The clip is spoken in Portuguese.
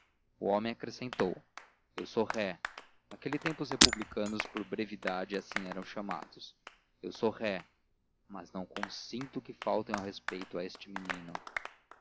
o homem acrescentou eu sou ré naquele tempo os republicanos por brevidade eram assim chamados eu sou ré mas não consinto que faltem ao respeito a este menino